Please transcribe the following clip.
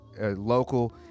local